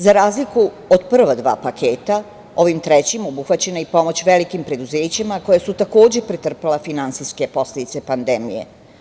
Za razliku od prva dva paketa, ovim trećim obuhvaćena je i pomoć velikim preduzećima koja su takođe pretrpela finansijske posledice pandemije.